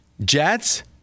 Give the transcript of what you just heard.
Jets